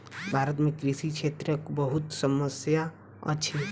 भारत में कृषि क्षेत्रक बहुत समस्या अछि